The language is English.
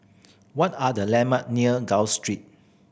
what are the landmark near Gul Street